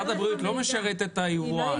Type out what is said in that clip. משרד הבריאות לא משרת את היבואן.